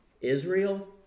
Israel